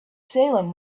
salem